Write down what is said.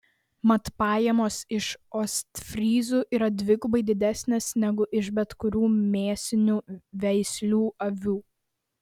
mat pajamos iš ostfryzų yra dvigubai didesnės negu iš bet kurių mėsinių veislių avių